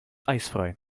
eisfrei